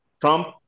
Trump